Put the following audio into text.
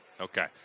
Okay